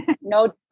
no